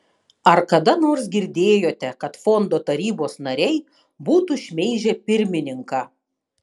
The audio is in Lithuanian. ar kada nors girdėjote kad fondo tarybos nariai būtų šmeižę pirmininką